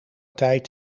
tijd